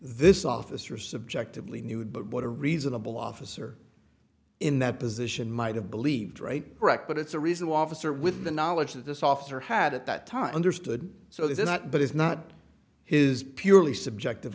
this officer subjectively knew it but what a reasonable officer in that position might have believed right correct but it's a reasonable officer with the knowledge that this officer had at that time understood so this is not but is not is purely subjective